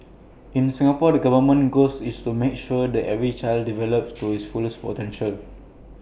in Singapore the government's goals is to make sure that every child develops to his fullest potential